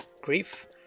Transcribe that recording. grief